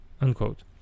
Unquote